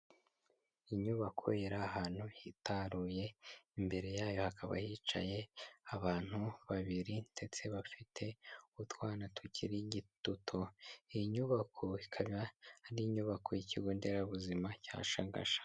Inyubako Iri ahantu hitaruye imbere yayo hakaba yicaye abantu babiri ndetse bafite utwana tukiri duto iyi nyubako ikaba ari inyubako y'ikigo nderabuzima cya Shangasha.